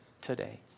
today